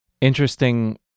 interesting